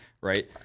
right